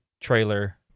trailer